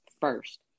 first